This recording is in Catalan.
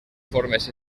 formes